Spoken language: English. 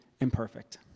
imperfect